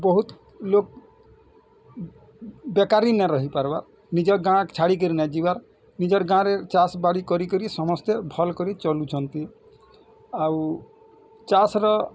ବହୁତ୍ ଲୋକ୍ ବେକାରି ନା ରହିପାରବାର୍ ନିଜ ଗାଁ ଛାଡ଼ିକିରି ନାଇଁ ଯିବାର୍ ନିଜର୍ ଗାଁରେ ଚାଷ୍ ବାଡ଼ି କରି କରି ସମସ୍ତେ ଭଲ୍ କରି ଚଲୁଛନ୍ତି ଆଉ ଚାଷ୍ ର